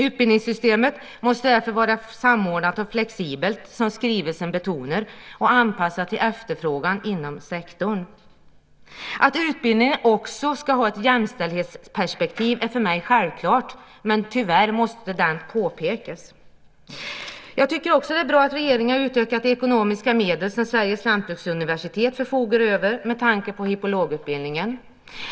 Utbildningssystemet måste därför vara samordnat och flexibelt, som skrivelsen betonar, och anpassat till efterfrågan inom sektorn. Att utbildningen också ska ha ett jämställdhetsperspektiv är för mig självklart, men tyvärr måste det påpekas. Jag tycker också att det är bra att regeringen har utökat de ekonomiska medel som Sveriges lantbruksuniversitet förfogar över med tanke på hippologutbildningen.